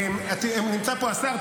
נמצא פה השר,